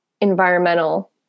environmental